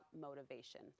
motivation